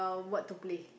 what to play